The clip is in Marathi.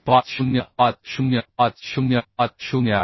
50 50 50 50 आहे